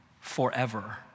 forever